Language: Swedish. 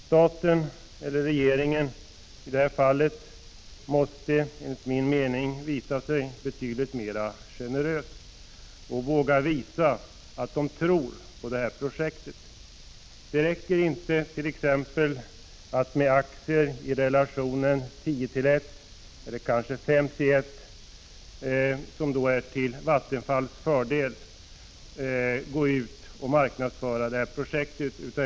Staten — eller regeringen i det här fallet — måste enligt min mening vara betydligt mera generös och våga visa att man tror på det här projektet. Det räcker t.ex. inte att med aktier i relationen 10:1 eller kanske 5:1 till Vattenfalls fördel marknadsföra projektet.